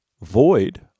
void